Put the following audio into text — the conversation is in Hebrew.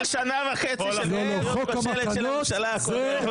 שנה וחצי של מדיניות כושלת של הממשלה הקודמת.